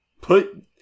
put